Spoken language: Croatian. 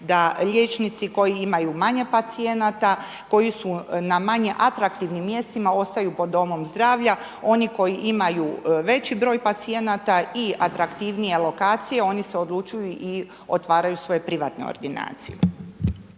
da liječnici koji imaju manje pacijenata, koji su na manje atraktivnim mjestima, ostaju pod domom zdravlja, oni koji imaju veći broj pacijenata i atraktivnije lokacije, oni se odlučuju i otvaraju svoje privatne ordinacije.